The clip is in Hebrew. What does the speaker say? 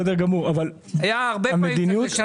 בסדר גמור, אבל המדיניות